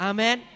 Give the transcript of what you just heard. Amen